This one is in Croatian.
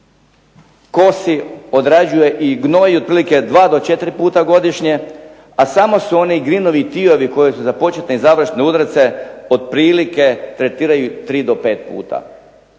kosi, odrađuje i gnoji otprilike dva do četiri puta godišnje, a samo su oni grinovi i tiovi koji su za početne i završne udarce otprilike tretiraju ih tri do pet puta.